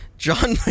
John